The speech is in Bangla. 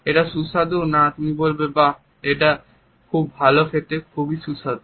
এটা সুস্বাদু না তুমি বলবে বাহ এটা খুব ভালো খেতে খুব সুস্বাদু